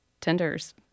tenders